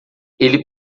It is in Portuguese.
ele